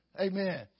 Amen